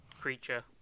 creature